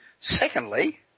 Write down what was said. Secondly